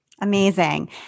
Amazing